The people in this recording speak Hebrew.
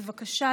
בבקשה,